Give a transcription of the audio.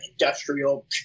industrial